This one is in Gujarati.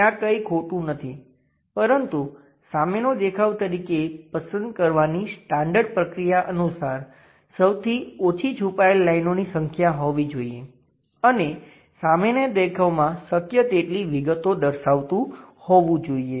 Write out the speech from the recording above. ત્યાં કંઈ ખોટું નથી પરંતુ સામેનો દેખાવ તરીકે પસંદ કરવાની સ્ટાન્ડર્ડ પ્રક્રિયા અનુસાર સૌથી ઓછી છુપાયેલ લાઇનોની સંખ્યા હોવી જોઈએ અને સામેના દેખાવમાં શક્ય તેટલી વિગતો દર્શાવતું હોવું જોઈએ